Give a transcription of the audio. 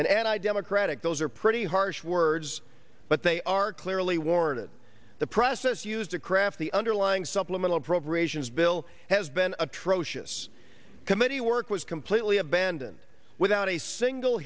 dictatorship and i democratic those are pretty harsh words but they are clearly worn and the process used to craft the underlying supplemental appropriations bill has been atrocious committee work was completely abandoned without a single